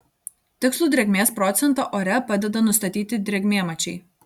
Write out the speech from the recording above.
tikslų drėgmės procentą ore padeda nustatyti drėgmėmačiai